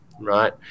right